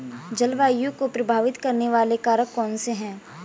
जलवायु को प्रभावित करने वाले कारक कौनसे हैं?